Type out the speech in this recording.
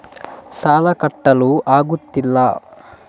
ಸಾಲ ಕಟ್ಟಲು ಆಗುತ್ತಿಲ್ಲ